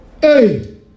Hey